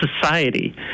society